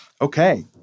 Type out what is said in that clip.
Okay